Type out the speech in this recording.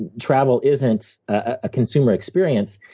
and travel isn't a consumer experience.